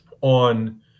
on